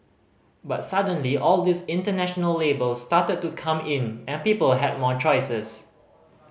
but suddenly all these international labels started to come in and people had more choices